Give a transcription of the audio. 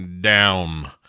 down